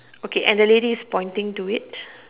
okay and the lady is pointing to it